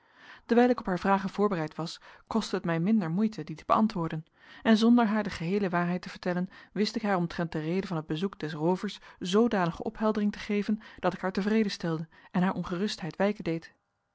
dewijl ik op haar vragen voorbereid was kostte het mij minder moeite die te beantwoorden en zonder haar de geheele waarheid te vertellen wist ik haar omtrent de reden van het bezoek des roovers zoodanige opheldering te geven dat ik haar tevreden stelde en haar ongerustheid wijken deed